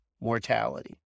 mortality